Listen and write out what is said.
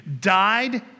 died